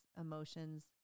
emotions